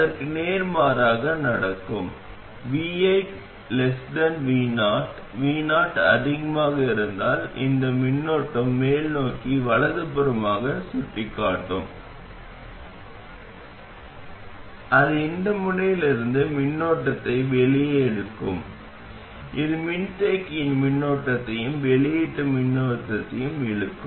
அதற்கு நேர்மாறாக நடக்கும் vivo vo அதிகமாக இருந்தால் இந்த மின்னோட்டம் மேல்நோக்கி வலதுபுறமாகச் சுட்டிக்காட்டும் அது இந்த முனையிலிருந்து மின்னோட்டத்தை வெளியே இழுக்கும் அது மின்தேக்கியின் மின்னோட்டத்தையும் வெளியீட்டு மின்னழுத்தத்தையும் இழுக்கும்